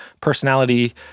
personality